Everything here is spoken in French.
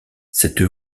cette